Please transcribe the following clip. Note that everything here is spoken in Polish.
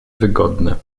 wygodne